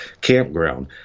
campground